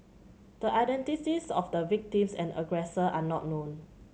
the identities of the victim and aggressor are not known